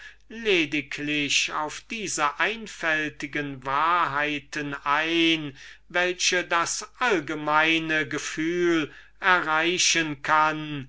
lediglich auf diese einfältigen wahrheiten ein welche das allgemeine gefühl erreichen kann